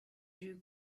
you